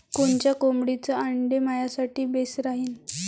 कोनच्या कोंबडीचं आंडे मायासाठी बेस राहीन?